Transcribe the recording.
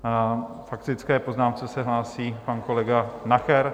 K faktické poznámce se hlásí pan kolega Nacher?